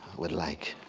would like.